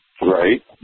Right